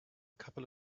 couple